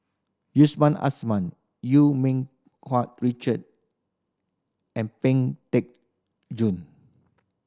Yusman Asman Eu Ming Kuan Richard and Ping Teck Joon